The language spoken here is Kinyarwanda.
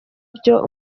byo